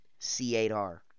C8R